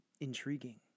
intriguing